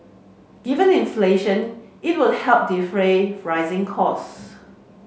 given inflation it will help defray rising costs